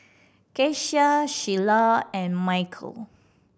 Keshia Shiela and Mykel